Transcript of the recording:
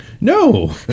No